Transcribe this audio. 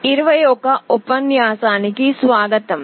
21 ఉపన్యాసానికి స్వాగతం